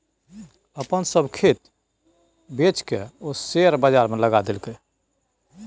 अपन सभ खेत बेचिकए ओ शेयर बजारमे लगा देलकै